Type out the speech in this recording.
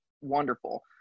wonderful